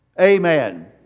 Amen